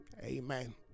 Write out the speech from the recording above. Amen